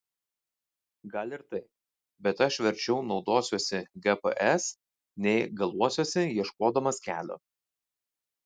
gal ir taip bet aš verčiau naudosiuosi gps nei galuosiuosi ieškodamas kelio